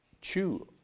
chew